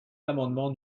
l’amendement